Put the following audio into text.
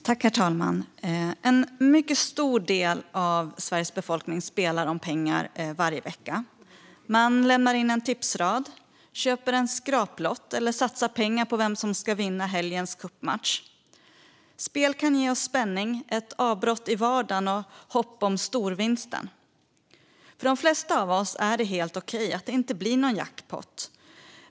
Herr talman! En mycket stor del av Sveriges befolkning spelar om pengar varje vecka. Man lämnar in en tipsrad, köper en skraplott eller satsar pengar på vem som ska vinna helgens toppmatch. Spel kan ge oss spänning, ett avbrott i vardagen och hopp om storvinsten. För de flesta av oss är det helt okej att det inte blir någon jackpot.